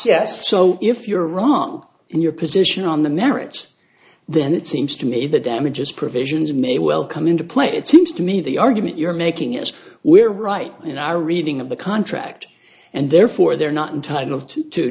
yes so if you're wrong in your position on the merits then it seems to me the damages provisions may well come into play it seems to me the argument you're making is we're right in our reading of the contract and therefore they're not in time of two to